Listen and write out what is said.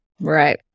Right